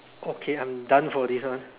okay I'm done for this one